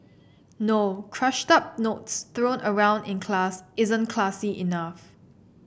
no crushed up notes thrown around in class isn't classy enough